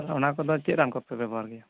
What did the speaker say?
ᱚᱱᱟ ᱠᱚᱫᱚ ᱪᱮᱫ ᱨᱟᱱ ᱠᱚᱯᱮ ᱵᱮᱵᱚᱦᱟᱨ ᱜᱮᱭᱟ